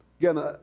Again